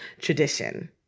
tradition